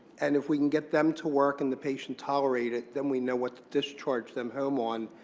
and if we can get them to work and the patient tolerate it, then we know what to discharge them home on.